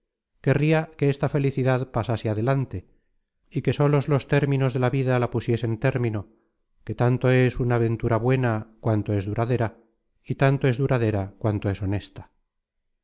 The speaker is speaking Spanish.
querria que esta felicidad pasase adelante y que solos los términos de la vida la pusiesen término que tanto es una ventura buena cuanto es duradera y tanto es duradera cuanto es honesta